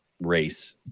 race